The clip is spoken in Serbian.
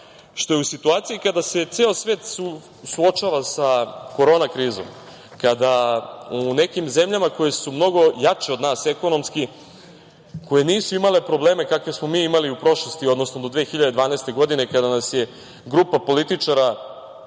što je u situaciji kada se ceo svet suočava sa korona krizom, kada u nekim zemljama koje su mnogo jače od nas ekonomski, koje nisu imale probleme kakve smo mi imali u prošlosti, odnosno do 2012. godine kada nas je grupa političara